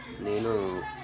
నేను